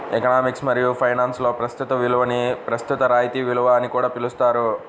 economics మరియు ఫైనాన్స్లో ప్రస్తుత విలువని ప్రస్తుత రాయితీ విలువ అని కూడా పిలుస్తారు